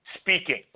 speaking